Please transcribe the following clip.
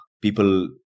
People